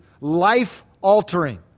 life-altering